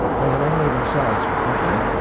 they had only themselves for company,